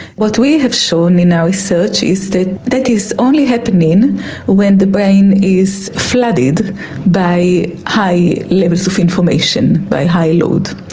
what we have shown in our research is that that is only happening when the brain is flooded by high levels of information, by high load.